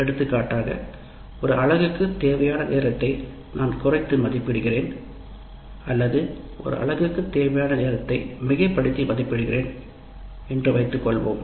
எடுத்துக்காட்டாக ஒரு அலகுக்குத் தேவையான நேரத்தை நான் குறைத்து மதிப்பிடுகிறேன் அல்லது ஒரு அலகுக்கு தேவையான நேரத்தை மிகைப்படுத்தி மதிப்பிடுகிறேன் என்று வைத்துக் கொள்வோம்